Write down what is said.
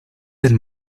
del